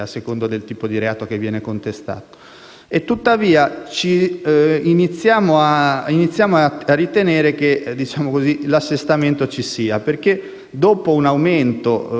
Tuttavia, iniziamo a ritenere che l'assestamento ci sia, perché dopo un aumento che negli ultimi sei mesi era